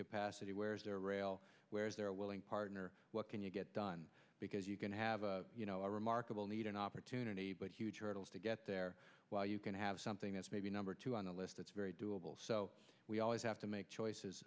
capacity where is there a rail where is there a willing partner what can you get done because you can have a remarkable need an opportunity but huge hurdles to get there while you can have something that's maybe number two on the list that's very doable so we always have to make choices